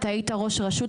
אתה היית ראש רשות,